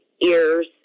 ears